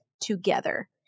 together